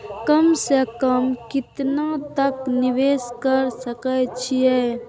कम से कम केतना तक निवेश कर सके छी ए?